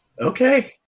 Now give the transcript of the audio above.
Okay